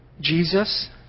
Jesus